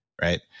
Right